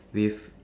with